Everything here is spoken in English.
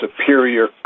superior